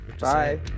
Bye